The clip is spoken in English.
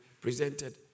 presented